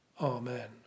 Amen